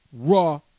Raw